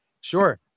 Sure